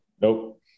Nope